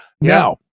Now